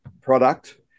product